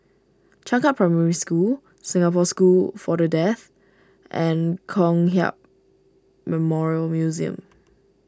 Changkat Primary School Singapore School for the Deaf and Kong Hiap Memorial Museum